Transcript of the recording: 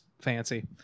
fancy